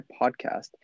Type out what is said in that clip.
podcast